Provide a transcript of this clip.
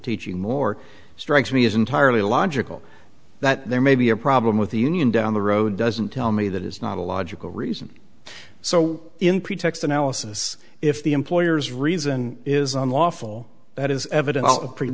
teaching more strikes me as entirely logical that there may be a problem with the union down the road doesn't tell me that it's not a logical reason so in pretext analysis if the employer's reason is unlawful that is eviden